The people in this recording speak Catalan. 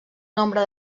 nombre